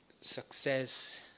success